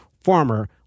former